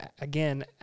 again